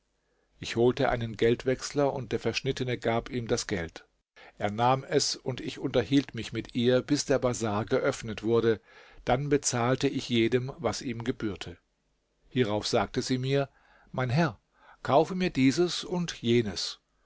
ich holte einen geldwechsler und der verschnittene gab ihm das geld er nahm es und ich unterhielt mich mit ihr bis der bazar geöffnet wurde dann bezahlte ich jedem was ihm gebührte hierauf sagte sie mir mein herr kaufe mir dieses und jenes